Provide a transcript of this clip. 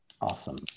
awesome